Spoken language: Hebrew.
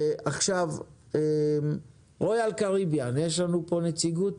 עכשיו רויאל קריביאן, יש לנו פה נציגות?